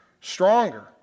stronger